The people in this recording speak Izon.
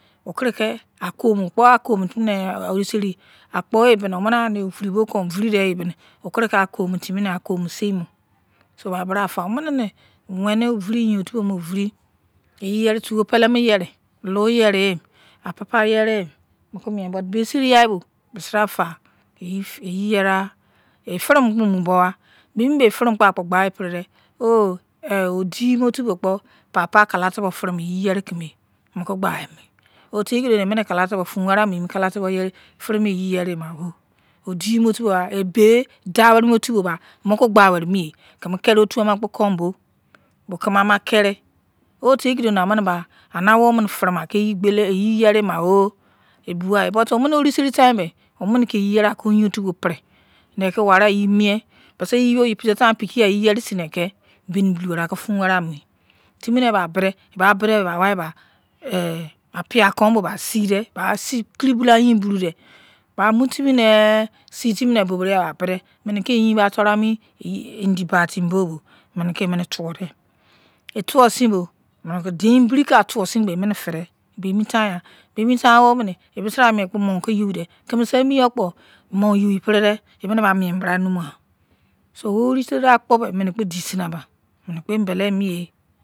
Skiriki akomu tiemine oruseri akpo ebine, omine ameovirimine kon ovirite nebine okiriki akomu tiemine akomu simuno ba otimi bra fa. Omine weni oviritimine oyinotumo viri. Eretumomu yeri, touwu pele mu yeri, lou yerin mi, papa yerin mi mu kon mietimi me anebo bemiseri yaibo besibra fa. Yeyeriya efirimu ekpo mu dou wa ebemikiema furumu ekpo muwi ya. Odimotu-ogbo kpo ofirimu yeri yerekomo otikidoni eminikala tubo fun wari mu me kemi furumu eyiyerimiaowu. Odiwerinutu-ogbo, ebe da werin mu otu ogbo mukikpa weri mi eye kimi keri otuamo okono kemi ama kiri oteikido ni amine ba ane-awo obo furumuaki yi gbolo weni ma o! Ebiwaye but ow oruseri time bei omonike yi yeri ki oyin-otu bo peri aniki wari-yimie. Pikiya yi yeri senakin beni perisin anikiri weni fun go wari amu. Timine epa bo de epa bo de bo bai waiba apia kon bo bai sie dei, bai kiri bolu yin otu buru dei bai mutimi ne sietimi nei bubuya ba bo de mi ne kiri eyin ba toru amu indi ba timibobo minike emini you dei etousinbo emiki dein biri ka tou sin kpo emi efide but benni time nyan bemi time a womini ebisibra ke emumiekpo bai mou keyoude kemisei emiyokpo mou keyou kon aki epiride emimi ba mie mini bra numuwa so oruseri akpo be minekpo disenai ba minikpo embele mi eh.